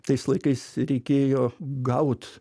tais laikais reikėjo gaut